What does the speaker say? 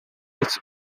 its